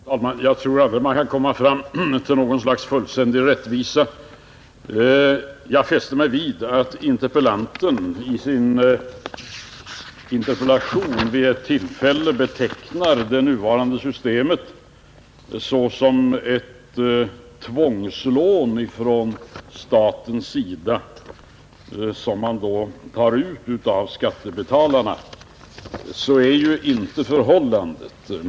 Fru talman! Jag tror att man aldrig kan komma fram till något slags fullständig rättvisa. Jag fäste mig vid att interpellanten i sin interpellation vid ett tillfälle betecknar det nuvarande systemet såsom ett tvångslån från statens sida som man tar upp av skattebetalarna. Så är ju inte förhållandet.